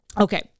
Okay